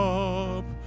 up